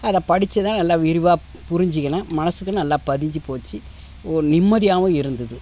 அதை படித்து தான் நல்லா விரிவாக புரிஞ்சுக்கினேன் மனதுக்கு நல்லா பதிஞ்சு போச்சு ஒ நிம்மதியாகவும் இருந்தது